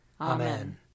Amen